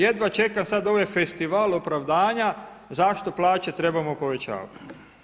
Jedva čeka sad ovaj festival opravdanja zašto plaće trebamo povećavati.